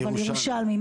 אני ירושלמי.